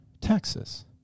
Texas